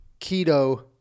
keto